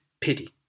pity